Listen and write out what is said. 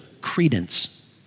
credence